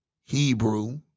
hebrew